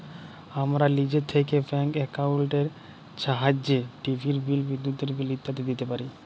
আমরা লিজে থ্যাইকে ব্যাংক একাউল্টের ছাহাইয্যে টিভির বিল, বিদ্যুতের বিল ইত্যাদি দিইতে পারি